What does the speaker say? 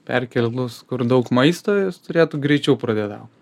perkėlus kur daug maisto jis turėtų greičiau pradeda augt